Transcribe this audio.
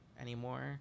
anymore